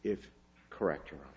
if correct or